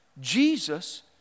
Jesus